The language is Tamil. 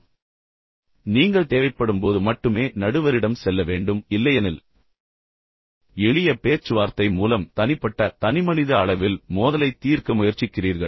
எனவே வழக்கமாக நீங்கள் தேவைப்படும்போது மட்டுமே நடுவரிடம் செல்ல வேண்டும் இல்லையெனில் எளிய பேச்சுவார்த்தை மூலம் தனிப்பட்ட தனிமனித அளவில் மோதலை தீர்க்க முயற்சிக்கிறீர்கள்